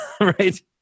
right